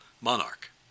monarch